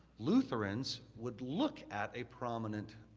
lutherans would look at a prominent